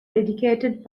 dedicated